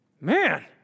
man